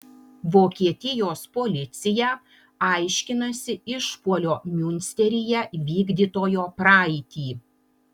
vokietijos policija aiškinasi išpuolio miunsteryje vykdytojo praeitį